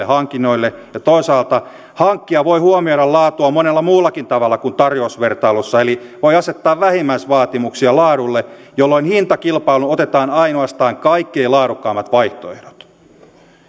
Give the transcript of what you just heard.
hankinnoille toisaalta hankkija voi huomioida laatua monella muullakin tavalla kuin tarjousvertailussa eli voi asettaa vähimmäisvaatimuksia laadulle jolloin hintakilpailuun otetaan ainoastaan kaikkein laadukkaimmat vaihtoehdot